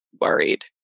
worried